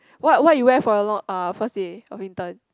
what what you wear for your ah first day of intern